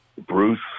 Bruce